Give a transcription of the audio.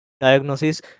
diagnosis